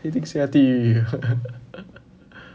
一定下地狱